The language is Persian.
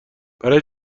برای